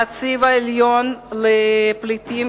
הנציב העליון של נציבות האו"ם לפליטים